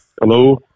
Hello